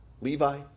Levi